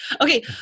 Okay